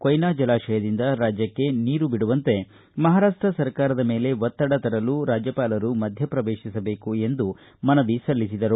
ಕೊಯ್ನಾ ಜಲಾಶಯದಿಂದ ರಾಜ್ಞಕ್ಷೆ ನೀರು ಬಿಡುವಂತೆ ಮಹಾರಾಪ್ಪ ಸರ್ಕಾರದ ಮೇಲೆ ಒತ್ತಡ ತರಲು ರಾಜ್ಯಪಾಲರು ಮಧ್ಯಪ್ರವೇಶಿಸಬೇಕು ಎಂದು ಮನವಿ ಸಲ್ಲಿಸಿದರು